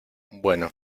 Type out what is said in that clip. bueno